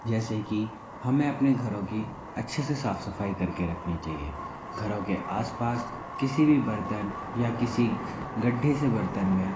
जैसे कि हमें अपने घरों की अच्छे से साफ सफाई करके रखनी चाहिए घरों के आसपास किसी भी बर्तन या किसी गड्ढे से बर्तन में